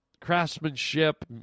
craftsmanship